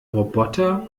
roboter